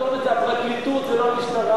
הכתובת זה הפרקליטות, לא המשטרה.